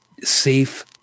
Safe